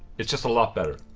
it's just a lot better